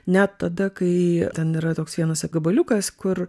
net tada kai ten yra toks vienas gabaliukas kur